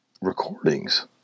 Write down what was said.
recordings